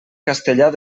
castellar